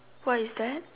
what is that